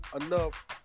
enough